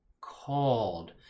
called